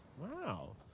Wow